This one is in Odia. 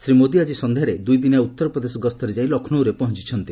ଶ୍ରୀ ମୋଦି ଆଜି ସନ୍ଧ୍ୟାରେ ଦ୍ରଇଦିନିଆ ଉତ୍ତରପ୍ରଦେଶ ଗସ୍ତରେ ଯାଇ ଲକ୍ଷ୍ରୌରେ ପହଞ୍ଚିଛନ୍ତି